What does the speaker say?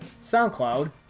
SoundCloud